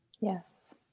Yes